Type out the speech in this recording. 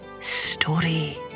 Story